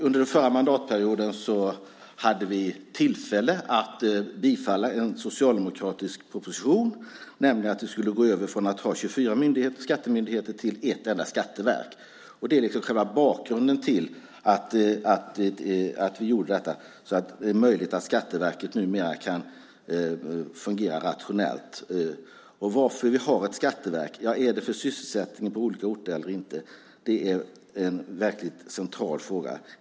Under den förra mandatperioden hade vi tillfälle att bifalla en socialdemokratisk proposition, nämligen om att vi skulle gå från att ha 24 skattemyndigheter till att ha ett enda skatteverk. Det är liksom själva bakgrunden till att vi gjorde detta. Det gör att Skatteverket numera kan fungera rationellt. Varför har vi ett skatteverk? Är det för att det ska finnas sysselsättning på olika orter eller inte? Det är en verkligt central fråga.